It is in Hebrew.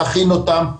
להכין אותם.